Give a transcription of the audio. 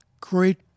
great